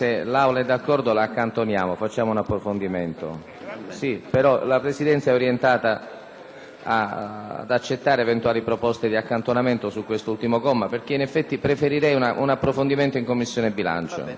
La Presidenza è orientata ad accettare eventuali proposte di accantonamento su questo ultimo comma. In effetti, preferirei un approfondimento in Commissione bilancio, anche se non mi permetto di entrare nel merito.